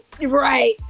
right